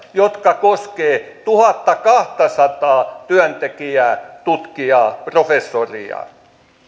jotka koskevat tuhattakahtasataa työntekijää tutkijaa professoria